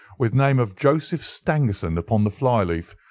with name of joseph stangerson upon the fly-leaf.